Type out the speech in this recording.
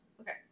Okay